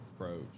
approach